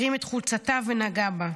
הרים את חולצתה ונגע בה.